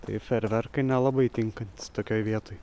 tai fejerverkai nelabai tinkantys tokioj vietoj